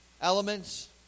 elements